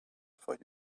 for